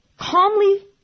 calmly